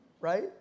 Right